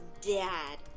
dad